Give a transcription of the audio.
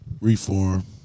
Reform